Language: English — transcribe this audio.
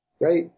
Right